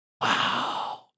Wow